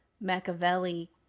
Machiavelli